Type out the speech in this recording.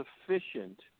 sufficient